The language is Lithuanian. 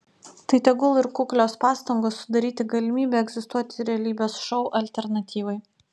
tai tegul ir kuklios pastangos sudaryti galimybę egzistuoti realybės šou alternatyvai